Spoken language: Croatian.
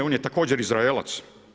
On je također Izraelac.